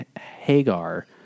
Hagar